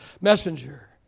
messenger